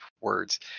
words